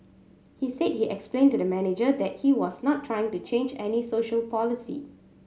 he said he explained to the manager that he was not trying to change any social policy